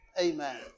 Amen